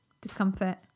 discomfort